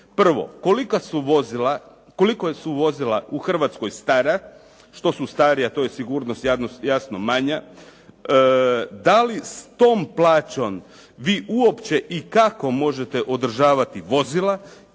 Prvo, koliko su vozika u Hrvatskoj stara? Što su starija to je sigurnost jasno manja. Da li s tom plaćom vi uopće i kako možete održavati vozila?